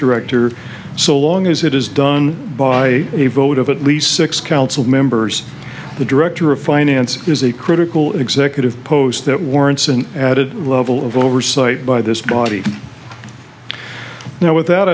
director so long as it is done by a vote of at least six council members the director of finance is a critical executive post that warrants an added level of oversight by this body now without